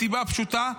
מסיבה פשוטה,